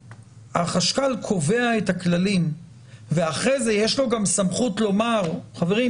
כשהחשכ"ל קובע את הכללים ואחרי זה יש לו גם סמכות לומר: חברים,